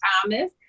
Thomas